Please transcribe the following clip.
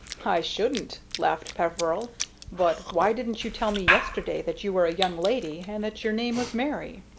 i shouldn't, laughed peveril but why didn't you tell me yesterday that you were a young lady, and that your name was mary?